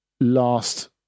last